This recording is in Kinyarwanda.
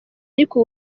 ariko